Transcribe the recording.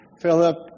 Philip